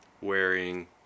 wearing